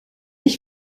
ich